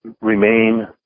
remain